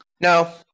No